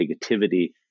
negativity